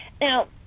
Now